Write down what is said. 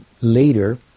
Later